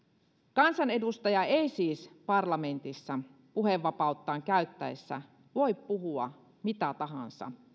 kansanedustaja ei siis parlamentissa puhevapauttaan käyttäessään voi puhua mitä tahansa